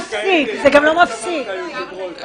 הקונסיליירים הבאים שיהיו - יהיו רק אלה שיהיו מקורבים פוליטיים,